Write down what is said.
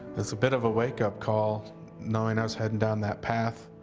and a bit of a wake-up call knowing i was heading down that path